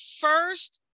first